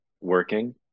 working